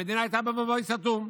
המדינה הייתה במבוי סתום.